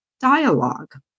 dialogue